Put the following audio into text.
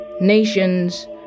nations